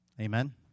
Amen